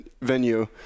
venue